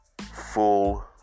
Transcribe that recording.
full